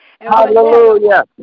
Hallelujah